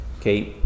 Okay